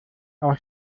auch